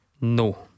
No